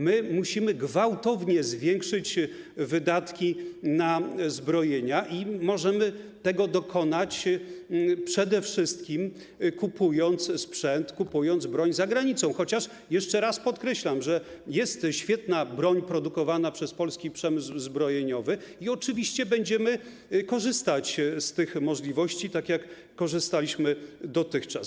Musimy gwałtownie zwiększyć wydatki na zbrojenia i możemy tego dokonać, przede wszystkim kupując sprzęt, kupując broń za granicą, chociaż, jeszcze raz podkreślam, jest świetna broń produkowana przez polski przemysł zbrojeniowy i oczywiście będziemy korzystać z tych możliwości, tak jak korzystaliśmy dotychczas.